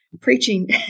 preaching